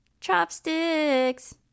Chopsticks